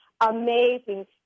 amazing